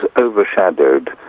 overshadowed